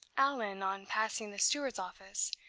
allan, on passing the steward's office,